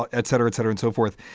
ah etc, etc, and so forth.